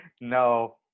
no